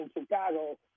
Chicago